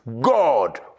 God